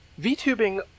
VTubing